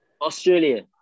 Australia